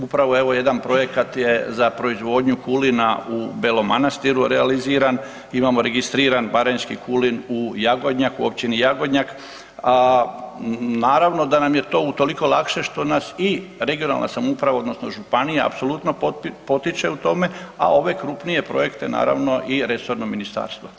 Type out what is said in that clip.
Upravo evo jedan projekat je za proizvodnju kulina u Belom Manastiru realiziran, imamo registriran baranjski kulin u Jagodnjaku, Općini Jagodnjak, a naravno da nam je to utoliko lakše što nas i regionalna samouprava odnosno županija apsolutno potiče u tome, a ove krupnije projekte naravno i resorno ministarstvo.